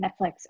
Netflix